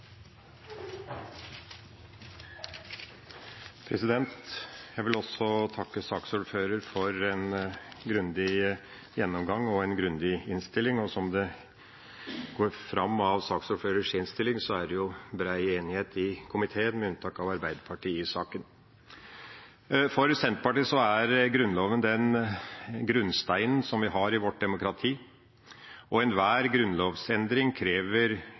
Jeg vil også takke saksordføreren for en grundig gjennomgang og en grundig innstilling, og som det går fram av innstillingen, er det bred enighet i komiteen, med unntak av Arbeiderpartiet, i saken. For Senterpartiet er Grunnloven grunnsteinen i vårt demokrati, og enhver grunnlovsendring krever